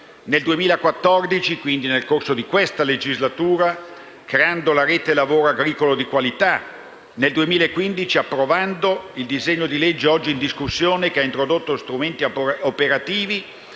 Nel 2014, e quindi nel corso di questa legislatura, è stata creata la rete del lavoro agricolo di qualità e nel 2015 è stato approvato il disegno di legge oggi in discussione, che ha introdotto strumenti operativi